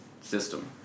system